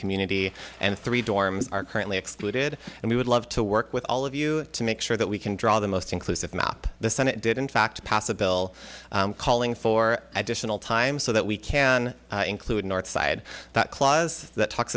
community and three dorms are currently excluded and we would love to work with all of you to make sure that we can draw the most inclusive map the senate did in fact pass a bill calling for additional time so that we can include north side that clause that talks